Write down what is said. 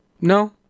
No